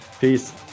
Peace